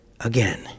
again